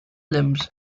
limbs